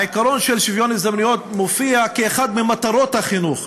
העיקרון של שוויון הזדמנויות מופיע כאחד ממטרות החינוך,